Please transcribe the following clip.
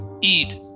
eat